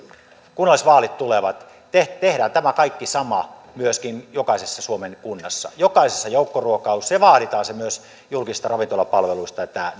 kunnallisvaalit tulevat tehdään tämä kaikki sama myöskin jokaisessa suomen kunnassa jokaisessa joukkoruokailussa ja vaaditaan myös julkisilta ravintolapalveluilta että